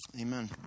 amen